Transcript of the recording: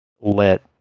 let